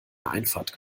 einfahrt